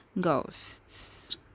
ghosts